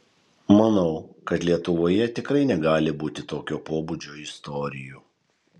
manau kad lietuvoje tikrai negali būti tokio pobūdžio istorijų